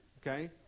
okay